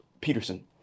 Peterson